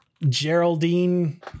geraldine